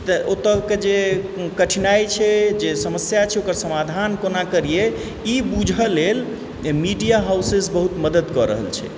तऽ ओतयके जे कठिनाइ छै जे समस्या छै ओकर समाधान कोना करियै ई बुझै लेल मीडिया हाउसेस बहुत मदति कऽ रहल छै